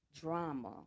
drama